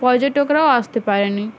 পর্যটকরাও আসতে পারে নি